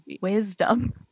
wisdom